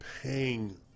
paying